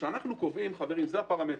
אנחנו קובעים את הפרמטרים.